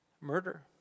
Murder